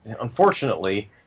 unfortunately